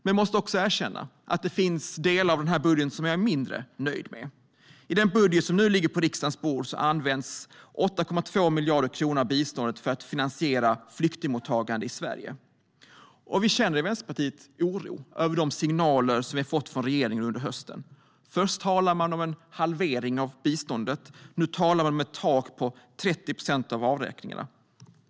Men det finns också delar av budgeten som jag är mindre nöjd med. I den budget som nu ligger på riksdagens bord används 8,2 miljarder kronor av biståndet för att finansiera flyktingmottagande i Sverige. Vi känner i Vänsterpartiet oro över regeringens signaler under hösten. Först talade man om en halvering av biståndet. Nu talar man om ett tak på 30 procent för avräkningar.